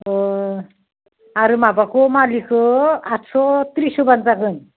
आरो माबाखौ मालिखौ आदस' त्रिस होबानो जागोन